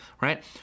right